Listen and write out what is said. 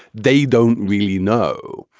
they don't really know.